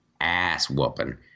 ass-whooping